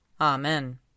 Amen